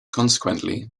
consequently